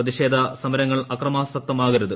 പ്രതിഷേധ സമരങ്ങൾ അക്രമാസക്തമാകരുത്